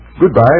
Goodbye